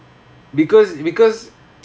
because because